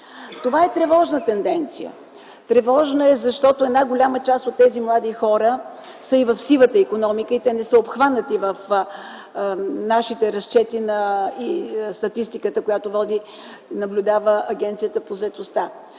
Това е тревожна тенденция. Тревожна е, защото една голяма част от тези млади хора са и в сивата икономика и те не са обхванати в нашите разчети и статистиката, която води Агенцията по заетостта.